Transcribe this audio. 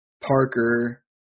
Parker